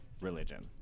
religion